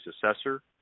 successor